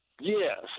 Yes